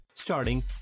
Starting